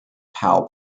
powell